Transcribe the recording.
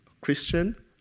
Christian